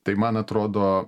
tai man atrodo